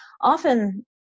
often